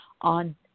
On